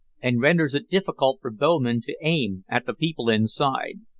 and renders it difficult for bowmen to aim at the people inside.